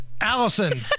Allison